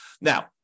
Now